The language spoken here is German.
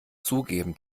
zugeben